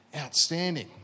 Outstanding